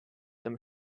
zum